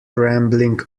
rambling